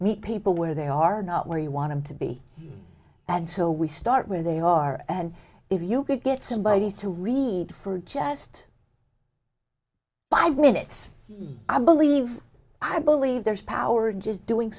meet people where they are not where you want to be and so we start where they are and if you could get somebody to read for just five minutes i believe i believe there's power just doing